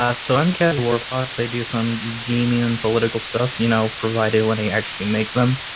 ah so i'm casual fox. they do some gaming and political stuff. you know provided when they actually make them